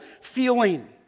feeling